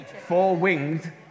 four-winged